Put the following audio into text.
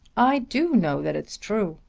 i do know that it's true.